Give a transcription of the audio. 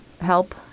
help